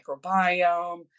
microbiome